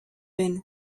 been